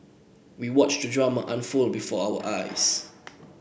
we watched the drama unfold before our eyes